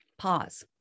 Pause